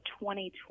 2020